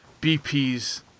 BP's